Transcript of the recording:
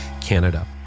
Canada